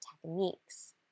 techniques